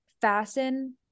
fasten